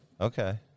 Okay